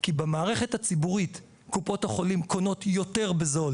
כי במערכת הציבורית קופות החולים קונות יותר בזול